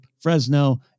fresno